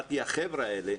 החבר'ה האלה,